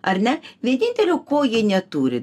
ar ne vienintelio ko jie neturi